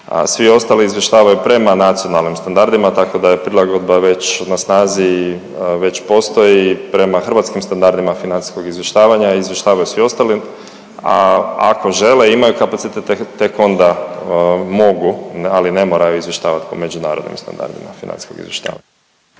svi ostali izvještavaju prema nacionalnim standardima, tako da je prilagodba već na snazi i već postoji. Prema hrvatskim standardima financijskog izvještavanja izvještavaju svi ostali, a ako žele i imaju kapacitet tek onda mogu, ali ne moraju izvještavat po međunarodnim standardima financijskog izvještavanja.